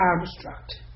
abstract